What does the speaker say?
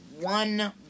one